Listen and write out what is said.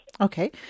Okay